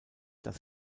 dass